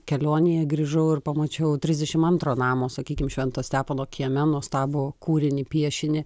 kelionėje grįžau ir pamačiau trisdešimt antro namo sakykim švento stepono kieme nuostabų kūrinį piešinį